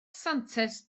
santes